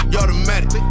automatic